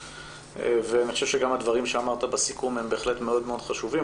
ואני חושב שהדברים שאמרת בסיכום הם בהחלט מאוד מאוד חשובים,